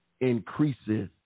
increases